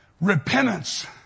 Repentance